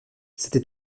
c’était